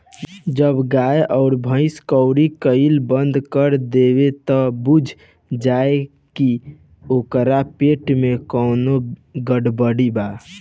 जब गाय अउर भइस कउरी कईल बंद कर देवे त बुझ जा की ओकरा पेट में कवनो गड़बड़ी बा